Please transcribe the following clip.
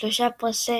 שלושה פרסי